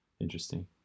Interesting